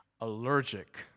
allergic